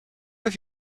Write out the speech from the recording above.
have